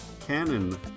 canon